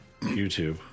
YouTube